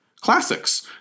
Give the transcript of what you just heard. classics